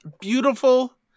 beautiful